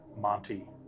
Monty